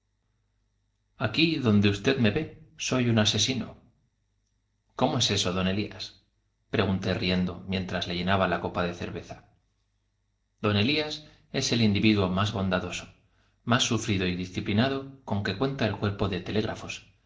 aquí donde usted me ve soy un asesino cómo es eso d elías pregunté riendo mientras le llenaba la copa de cerveza don elías es el individuo más bondadoso más sufrido y disciplinado con que cuenta el cuerpo de telégrafos